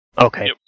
Okay